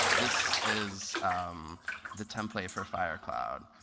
this is the template for firecloud.